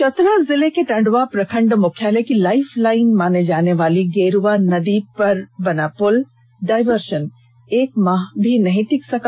चतरा जिले के टंडवा प्रखंड मुख्यालय की लाईफ लाईन माने जाने वाली गेरुआ नदी पुल पर बना डायवर्सन एक माह भी नहीं टिक सका